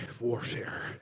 Warfare